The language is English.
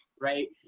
right